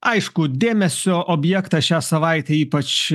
aišku dėmesio objektas šią savaitę ypač